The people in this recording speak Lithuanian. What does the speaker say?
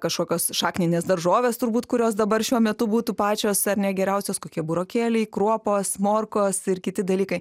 kažkokios šakninės daržovės turbūt kurios dabar šiuo metu būtų pačios ar ne geriausios kokie burokėliai kruopos morkos ir kiti dalykai